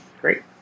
Great